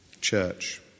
church